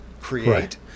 create